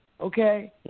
Okay